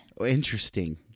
Interesting